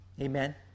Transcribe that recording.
Amen